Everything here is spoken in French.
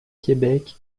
québec